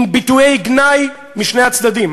עם ביטויי גנאי משני הצדדים,